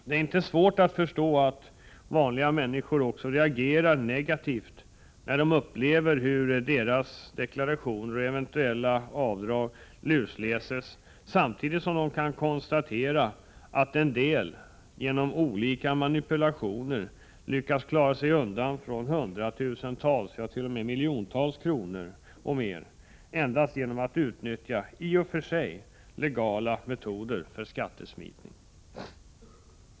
Det är inte svårt att förstå att vanliga människor reagerar negativt när de upplever hur deras deklarationer och eventuella avdrag lusläses samtidigt som de kan konstatera att en del genom olika manipulationer lyckas klara sig från hundratusentals, jat.o.m. miljontals kronor, endast genom att utnyttja i och för sig legala metoder för skattesmitning.